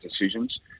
decisions